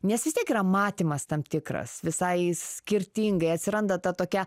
nes vis tiek yra matymas tam tikras visai skirtingai atsiranda ta tokia